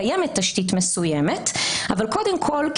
קיימת תשתית מסוימת אבל קודם כול,